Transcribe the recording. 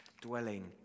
dwelling